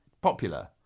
popular